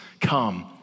come